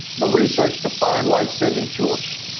the research to find life-saving cures,